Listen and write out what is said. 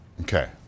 Okay